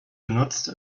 benutzt